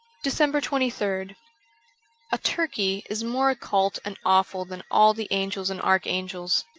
december twenty third a turkey is more occult and awful than all the angels and archangels.